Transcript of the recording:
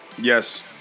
Yes